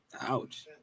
Ouch